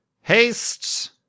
Haste